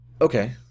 okay